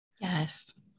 yes